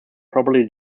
probably